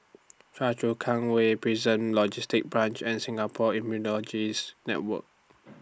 Choa Chu Kang Way Prison Logistic Branch and Singapore Immunology's Network